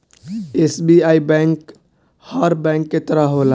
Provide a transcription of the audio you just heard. SBI bank हर bank के तरह होला